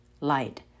light